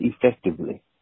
effectively